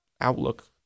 outlook